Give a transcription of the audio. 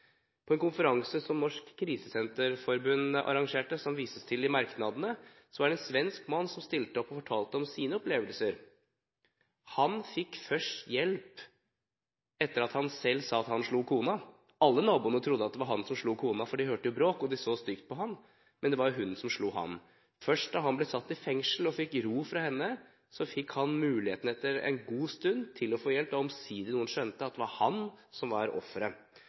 på som ofre. På en konferanse som Norsk Krisesenterforbund arrangerte, som det vises til i merknadene, var det en svensk mann som stilte opp og fortalte om sine opplevelser. Han fikk først hjelp etter at han selv sa at han slo kona. Alle naboene trodde at det var han som slo kona, for de hørte bråk, og de så stygt på ham. Men det var hun som slo ham. Først da han ble satt i fengsel og fikk ro fra henne, fikk han etter en god stund muligheten til å få hjelp, da omsider noen skjønte at det var han som var offeret.